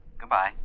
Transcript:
Goodbye